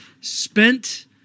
spent